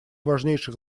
важнейших